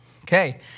Okay